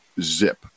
zip